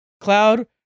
Cloud